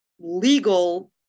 legal